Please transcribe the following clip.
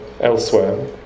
elsewhere